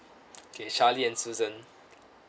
K charlie and susan